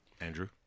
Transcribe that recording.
Andrew